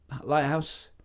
Lighthouse